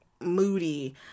moody